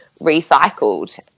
recycled